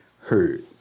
heard